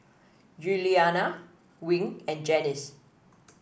Giuliana Wing and Janice